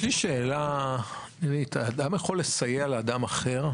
יש לי שאלה, אדם יכול לסייע לאדם אחר?